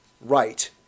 right